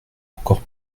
encore